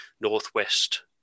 Northwest